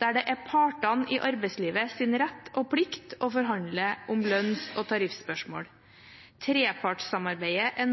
der det er partene i arbeidslivets rett og plikt å forhandle om lønns- og tariffspørsmål. Trepartssamarbeidet er